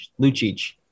Lucic